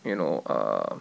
you know err